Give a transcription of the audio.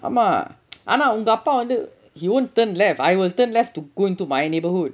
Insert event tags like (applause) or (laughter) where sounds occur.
ஆமா:aamaa (noise) ஆனா உங்க அப்பா வந்து:aanaa ungga appa vanthu he won't turn left I was turn left to go into my neighborhood